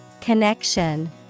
Connection